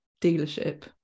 dealership